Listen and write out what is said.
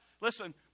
listen